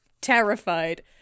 terrified